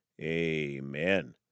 amen